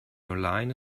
online